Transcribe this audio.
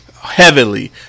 heavily